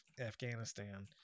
Afghanistan